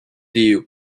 dew